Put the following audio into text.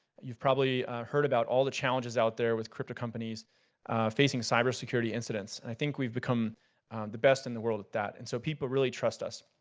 you've probably heard about all the challenges out there with crypto companies facing cybersecurity incidence. i think we've become the best in the world at that, and so people really trust us.